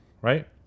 right